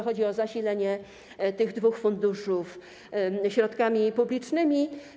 Chodzi o zasilenie tych dwóch funduszy środkami publicznymi.